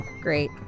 Great